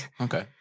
Okay